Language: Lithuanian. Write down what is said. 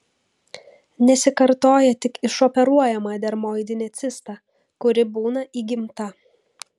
nesikartoja tik išoperuojama dermoidinė cista kuri būna įgimta